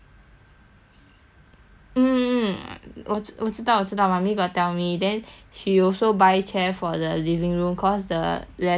mm mm mm 我知知道知道 mummy got tell me then she also buy chair for the living room cause the leather there in front crack already